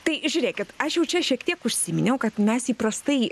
tai žiūrėkit aš jau čia šiek tiek užsiminiau kad mes įprastai